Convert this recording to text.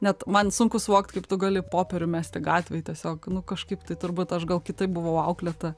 net man sunku suvokt kaip tu gali popierių mesti gatvėj tiesiog nu kažkaip tai turbūt aš gal kitaip buvau auklėta